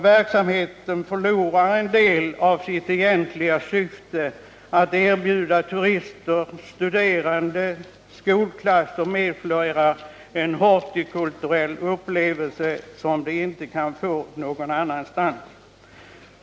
Verksamheten förlorar en del av sitt egentliga syfte att erbjuda turister, studerande, skolklasser m.fl. en hortikulturell upplevelse som de inte kan få någon annanstans.